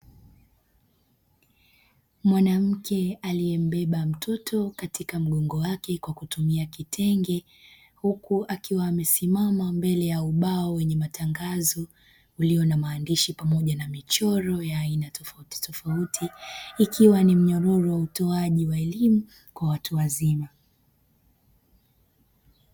Mwanamke aliyembeba mtoto katika mgogo wake kwa kutumia kitenge huku akiwa amesimama mbele ya ubao wenye matangazo ulio na maandishi pamoja na michoro ya aina tofautitofauti, ikiwa ni mnyororo wa utoaji wa elimu kwa watu wazima.